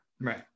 Right